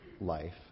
life